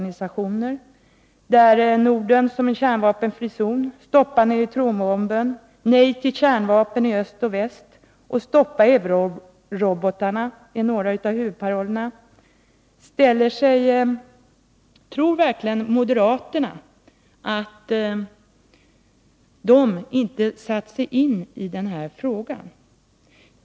Dessa paroller har tidigare inte bara fredsrörelserna utan också FPU, SUF, fackföreningar och folkrörelseorganisationer ställt sig bakom. Jag vill därför 29 fråga: Tror verkligen moderaterna att dessa organisationer inte har satt sig in i dessa frågor?